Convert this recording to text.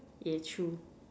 yeah true